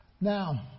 Now